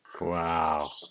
wow